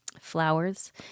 flowers